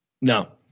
No